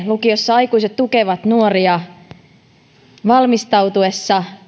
lukiossa aikuiset tukevat nuoria heidän valmistautuessaan